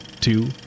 two